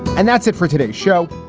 and that's it for today show,